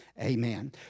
Amen